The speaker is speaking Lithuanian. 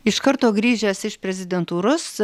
iš karto grįžęs iš prezidentūros